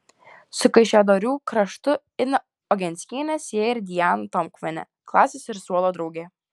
su kaišiadorių kraštu iną ogenskienę sieja ir diana tomkuvienė klasės ir suolo draugė